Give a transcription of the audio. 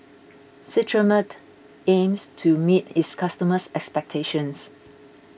Cetrimide aims to meet its customers' expectations